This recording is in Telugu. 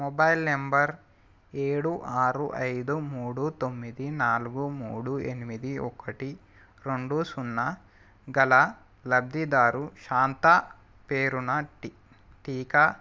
మొబైల్ నంబర్ ఏడు ఆరు ఐదు మూడు తొమ్మిది నాలుగు మూడు ఎనిమిది ఒకటి రెండు సున్న గల లబ్ధిదారు శాంతా పేరున టీకా సర్టిఫికేట్ డౌన్లోడ్ చేసుకునేందుకు సున్న ఏడు రెండు ఆరు ఆరు ఏడు ఓటీపీని ఉపయోగించండి